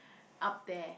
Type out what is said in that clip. up there